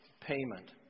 payment